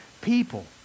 people